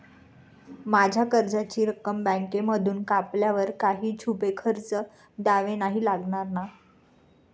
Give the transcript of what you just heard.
माझ्या कर्जाची रक्कम बँकेमधून कापल्यावर काही छुपे खर्च द्यावे नाही लागणार ना?